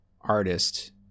artist